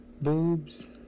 boobs